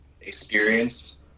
experience